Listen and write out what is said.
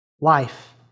life